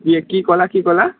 এই কি ক'লা কি ক'লা